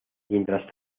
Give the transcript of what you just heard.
mientras